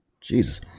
Jesus